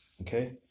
okay